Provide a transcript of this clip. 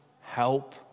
help